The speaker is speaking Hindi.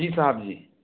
जी साहब जी